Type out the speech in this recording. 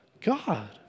God